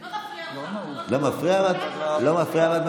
לא נפריע לך, לא מפריע?